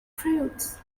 prudes